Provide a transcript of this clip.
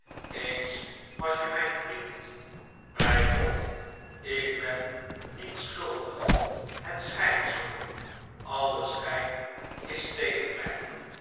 eens was je mijn vriend bij god ik ben niet schuldig het schijnt zoo alle schijn is tegen mij